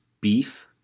beef